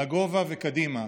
לגובה וקדימה,